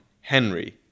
Henry